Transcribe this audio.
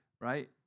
right